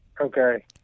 Okay